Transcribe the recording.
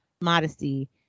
modesty